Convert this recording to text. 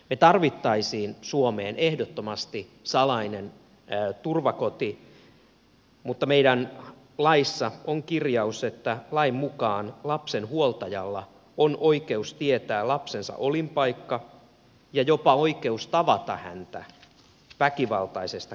me tarvitsisimme suomeen ehdottomasti salaisen turvakodin mutta meidän laissa on kirjaus että lain mukaan lapsen huoltajalla on oikeus tietää lapsensa olinpaikka ja jopa oikeus tavata häntä väkivaltaisesta käyttäytymisestä huolimatta